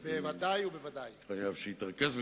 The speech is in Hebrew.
אז אני חייב שיתרכז.